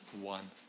one